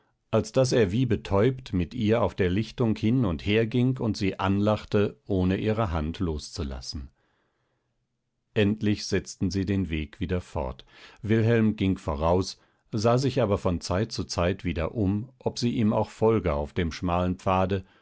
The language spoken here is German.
als daß er wie betäubt mit ihr auf der lichtung hin und her ging und sie anlachte ohne ihre hand loszulassen endlich setzten sie den weg wieder fort wilhelm ging voraus sah sich aber von zeit zu zeit wieder um ob sie ihm auch folge auf dem schmalen pfade